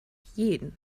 jeden